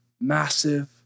massive